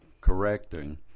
correcting